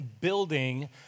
building